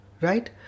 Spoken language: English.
right